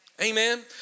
Amen